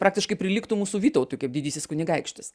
praktiškai prilygtų mūsų vytautui kaip didysis kunigaikštis